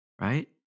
right